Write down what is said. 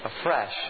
afresh